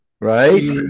right